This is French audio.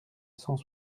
cent